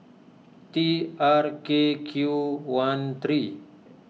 T R K Q one three